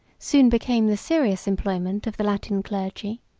soon became the serious employment of the latin clergy,